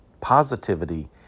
Positivity